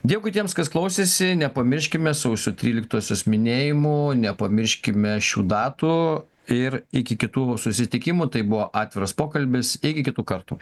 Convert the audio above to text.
dėkui tiems kas klausėsi nepamirškime sausio tryliktosios minėjimų nepamirškime šių datų ir iki kitų susitikimų tai buvo atviras pokalbis iki kitų kartu